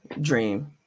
Dream